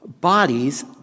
bodies